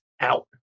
out